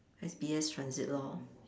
S_B_S transit loh